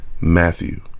Matthew